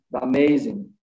amazing